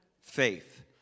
faith